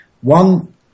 One